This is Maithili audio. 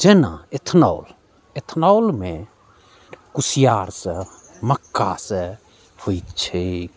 जेना इथेनॉल इथेनॉलमे कुसियारसँ मक्कासँ होइत छैक